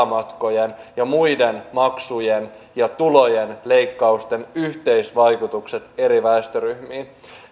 matkojen ja muiden maksujen ja tulojen leikkausten yhteisvaikutukset eri väestöryhmiin